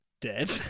dead